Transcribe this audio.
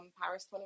Paris